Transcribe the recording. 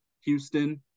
Houston